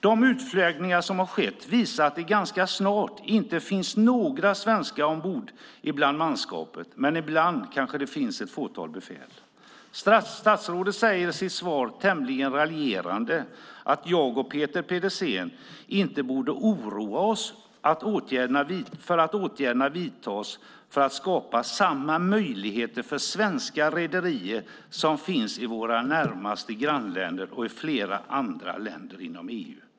De utflaggningar som har skett visar att det ganska snart inte finns några svenskar ombord bland manskapet, men ibland kanske ett fåtal befäl. Statsrådet säger i sitt svar tämligen raljerande att jag och Peter Pedersen inte borde oroa oss, för åtgärderna vidtas för att skapa samma möjligheter för svenska rederier som för dem som finns i våra närmaste grannländer och i flera andra länder inom EU.